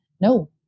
no